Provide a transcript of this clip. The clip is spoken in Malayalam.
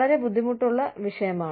വളരെ ബുദ്ധിമുട്ടുള്ള വിഷയമാണ്